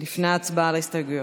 לפני ההצבעה על ההסתייגויות.